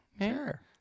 Sure